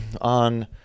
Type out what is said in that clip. on